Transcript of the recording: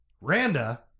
Randa